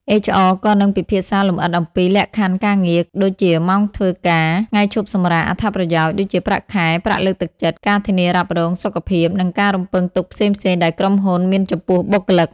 HR ក៏នឹងពិភាក្សាលម្អិតអំពី លក្ខខណ្ឌការងារ ដូចជាម៉ោងធ្វើការ ថ្ងៃឈប់សម្រាក អត្ថប្រយោជន៍ ដូចជាប្រាក់ខែ ប្រាក់លើកទឹកចិត្ត ការធានារ៉ាប់រង សុខភាព និងការរំពឹងទុកផ្សេងៗដែលក្រុមហ៊ុនមានចំពោះបុគ្គលិក។